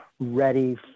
ready